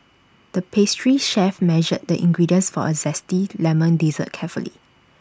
the pastry chef measured the ingredients for A Zesty Lemon Dessert carefully